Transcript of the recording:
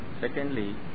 Secondly